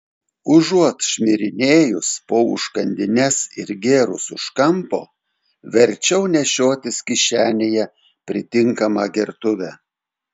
užuot šmirinėjus po užkandines ir gėrus už kampo verčiau nešiotis kišenėje pritinkamą gertuvę